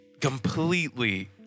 completely